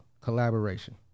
Collaboration